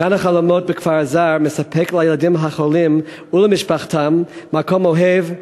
"גן החלומות" בכפר-אז"ר מספק לילדים החולים ולמשפחותיהם מקום אוהב,